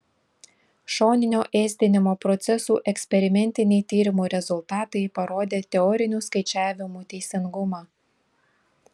šoninio ėsdinimo procesų eksperimentiniai tyrimų rezultatai parodė teorinių skaičiavimų teisingumą